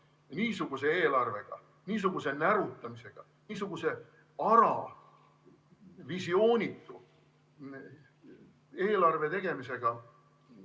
niisuguse eelarvega, niisuguse närutamisega, niisuguse ara ja visioonitu eelarve tegemisega